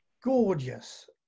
gorgeous